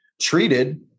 treated